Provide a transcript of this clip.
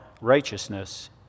righteousness